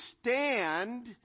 stand